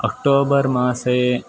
October मासे